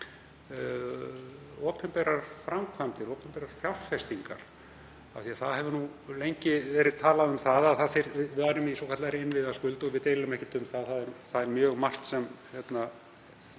opinberar framkvæmdir, opinberar fjárfestingar. Það hefur lengi verið talað um að við værum í svokallaðri innviðaskuld, og við deilum ekkert um að það er mjög margt sem þarna